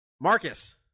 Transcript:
Marcus